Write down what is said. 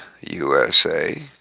USA